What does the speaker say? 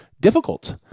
difficult